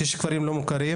יש כפרים לא מוכרים,